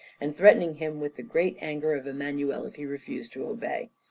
and threatening him with the great anger of emmanuel if he refused to obey.